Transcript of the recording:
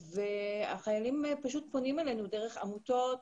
החיילים פשוט פונים אלינו דרך עמותות